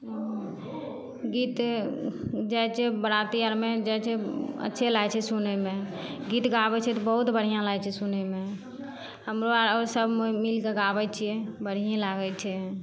गीत जाइ छै बराती आरमे जाइ छै अच्छे लागय छै सुनयमे गीत गाबय छै तऽ बहुत बढ़िआँ लागय छै सुनयमे हमरो आर आओर सब मिलके गाबय छियै बढ़ियें लागय छै